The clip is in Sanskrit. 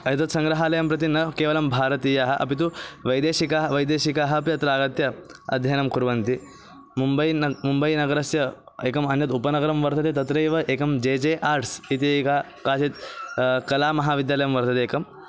एतत् सङ्ग्रहालयं प्रति न केवलं भारतीयाः अपि तु वैदेशिकाः वैदेशिकः अपि अत्र आगत्य अध्ययनं कुर्वन्ति मुम्बै न मुम्बैनगरस्य एकमन्यत् उपनगरं वर्तते तत्रैव एकं जे जे आर्ट्स् इति एका काचित् कलामहाविद्यालयः वर्तते एकः